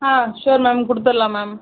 ஆ sure ma'am கொடுத்துட்லாம் ma'am